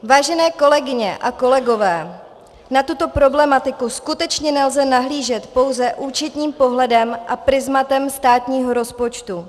Vážené kolegyně a kolegové, na tuto problematiku skutečně nelze nahlížet pouze účetním pohledem a prizmatem státního rozpočtu.